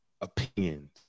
opinions